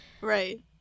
Right